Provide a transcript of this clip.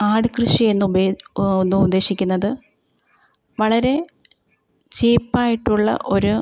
ആട് കൃഷി എന്നുപയ് ഒന്ന് ഉദ്ദേശിക്കുന്നതു വളരെ ചീപ്പായിട്ടുള്ള ഒരു